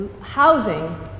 housing